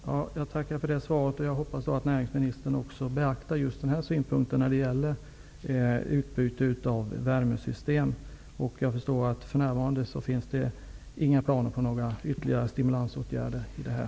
Herr talman! Jag tackar för det svaret. Jag hoppas att näringsministern också beaktar mina synpunkter om utbyte av värmesystem. Jag förstår att det för närvarande inte finns planer på några ytterligare stimulansåtgärder.